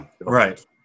Right